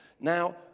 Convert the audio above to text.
Now